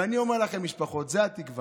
ואני אומר לכן, משפחות, זו התקווה.